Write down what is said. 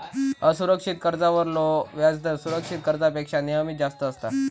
असुरक्षित कर्जावरलो व्याजदर सुरक्षित कर्जापेक्षा नेहमीच जास्त असता